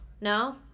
No